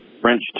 French